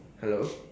hello